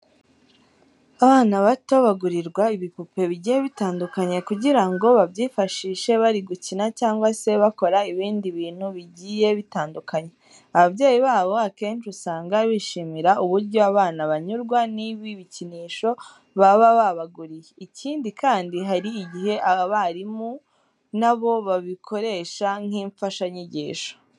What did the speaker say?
Abana bato bagurirwa ibipupe bigiye bitandukanye kugira ngo babyifashishe bari gukina cyangwa se bakora ibindi bintu bigiye bitandukanye. Ababyeyi babo akenshi usanga bishimira uburyo abana banyurwa n'ibi bikinisho baba babaguriye. Ikindi kandi, hari igihe abarimu na bo babikoresha nk'imfashanyigisho.